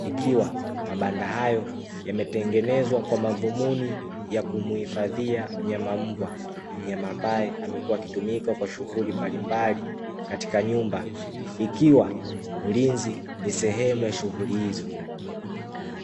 ikiwa mabanda hayo yametengenezwa kwa madhumuni ya kumuhifadhia mnyama mbwa, mnyama ambaye amekua akitumika kwa shughuli mbalimbali katika nyumba, ikiwa ulinzi ni sehemu ya shughuli hizo.